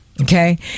Okay